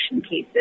cases